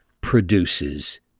produces